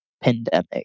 pandemic